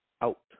out